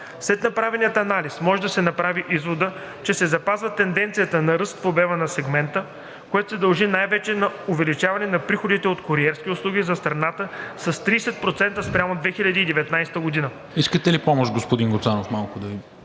След направения анализ може да се направи изводът, че се запазва тенденцията на ръст в обема на сегмента, което се дължи най-вече на увеличението на приходите от куриерски услуги за страната с 30% спрямо 2019 г.“ ПРЕДСЕДАТЕЛ НИКОЛА МИНЧЕВ: Искате ли помощ, господин Гуцанов, малко да Ви